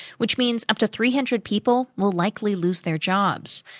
which means up to three hundred people will likely lose their jobs.